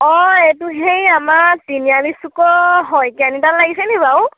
অ এইটো সেই আমাৰ তিনিআলি চুকৰ শইকীয়ানীৰ তাত লাগিছেনি বাৰু